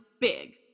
big